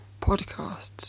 podcasts